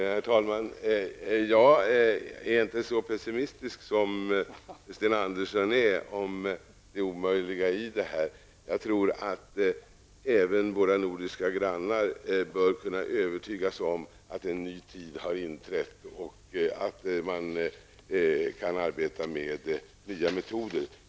Herr talman! Jag är inte så pessimistisk som Sten Andersson är. Jag tror att även våra nordiska grannar bör kunna övertygas om att en ny tid har inträtt och att man kan arbeta med nya metoder.